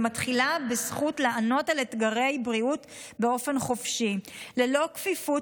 ומתחילה בזכות לענות על אתגרי בריאות באופן חופשי ללא כפיפות